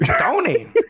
Tony